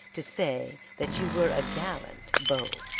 to say, that you were a gallant beau.